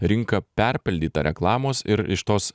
rinka perpildyta reklamos ir iš tos